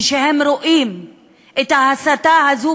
כשהם רואים את ההסתה הזאת,